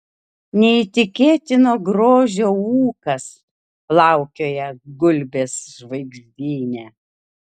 neįtikėtino grožio ūkas plaukioja gulbės žvaigždyne